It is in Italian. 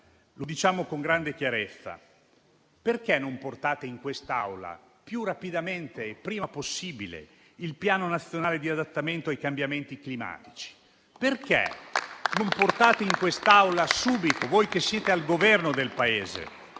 lo chiediamo con grande chiarezza: perché non portate in quest'Aula il più rapidamente possibile il Piano nazionale di adattamento ai cambiamenti climatici? Perché non portate in quest'Aula subito, voi che siete al governo del Paese,